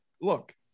look